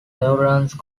lawrence